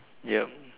yup